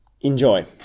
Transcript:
Enjoy